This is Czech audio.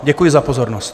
Děkuji za pozornost.